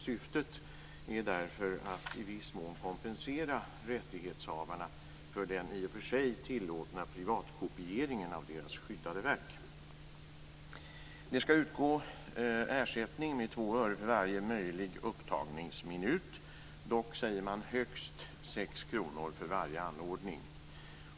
Syftet är därför att i viss mån kompensera rättighetshavarna för den i och för sig tillåtna privatkopieringen av deras skyddade verk. Ersättning skall utgå med 2 öre för varje möjlig upptagningsminut, dock, säger man, högst 6 kr för varje anordning.